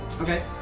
Okay